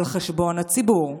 על חשבון הציבור.